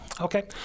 okay